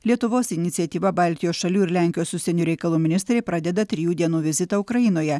lietuvos iniciatyva baltijos šalių ir lenkijos užsienio reikalų ministrai pradeda trijų dienų vizitą ukrainoje